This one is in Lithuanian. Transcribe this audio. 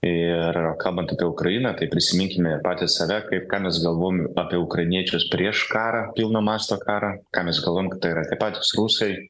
ir kalbant apie ukrainą tai prisiminkime patys save kaip ką mes galvom apie ukrainiečius prieš karą pilno masto karą ką mes galvojom kad tai yra tie patys rusai